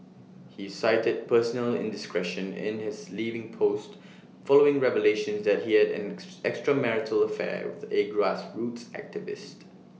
he cited personal indiscretion in his leaving post following revelations that he had an ex extramarital affair with A grassroots activist